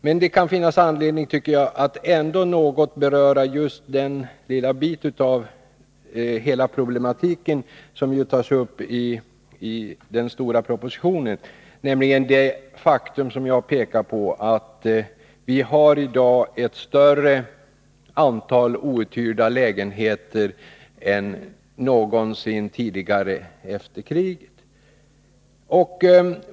Men det kan finnas anledning, tycker jag, att ändå något beröra Måndagen den just en liten del av den problematik som tas upp i den stora propositionen, 15 november 1982 nämligen det faktum som jag pekat på: att vi i dag har ett större antal outhyrda lägenheter än vi någonsin tidigare haft efter kriget.